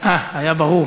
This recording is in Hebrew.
אה, היה ברור.